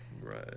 Right